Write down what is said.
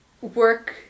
work